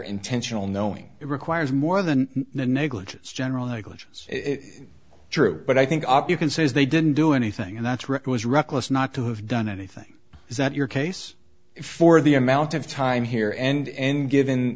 intentional knowing it requires more than negligence general negligence if true but i think op you can say as they didn't do anything and that's what was reckless not to have done anything is that your case for the amount of time here and given